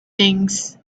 things